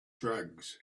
drugs